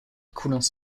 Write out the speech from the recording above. coulent